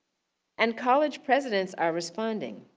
and college presidents are responding.